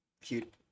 Cute